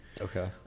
Okay